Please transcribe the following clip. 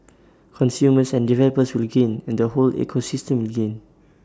consumers and developers will gain and the whole ecosystem will gain